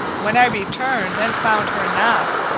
when i returned and found her not,